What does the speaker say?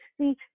See